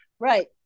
Right